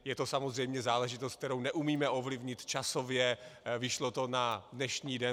Je to samozřejmě záležitost, kterou neumíme ovlivnit časově, vyšlo to na dnešní den.